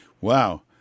Wow